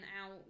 out